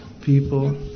people